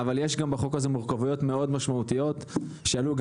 אבל יש גם בחוק הזה מורכבויות מאוד משמעותיות שעלו גם